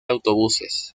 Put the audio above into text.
autobuses